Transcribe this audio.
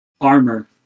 armor